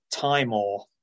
Timor